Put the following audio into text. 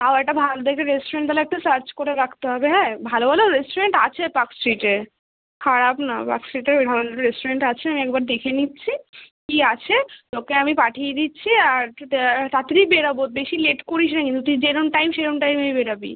তাও একাটা ভালো দেখে রেস্টুরেন্ট তাহলে একটা সার্চ করে রাখতে হবে হ্যাঁ ভালো ভালো রেস্টুরেন্ট আছে পার্কস্ট্রিটে খারাপ না পার্কস্ট্রিটে ভালো ভালো রেস্টুরেন্ট আছে আমি একবার দেখে নিচ্ছি কি আছে তোকে আমি পাঠিয়ে দিচ্ছি আর একটু তাড়াতাড়িই বেরবো বেশি লেট করিস না কিন্তু তুই যেরকম টাইম সেরকম টাইমেই বেরবি